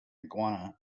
iguana